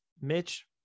mitch